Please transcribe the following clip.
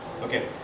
Okay